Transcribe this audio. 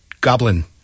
Goblin